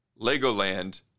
Legoland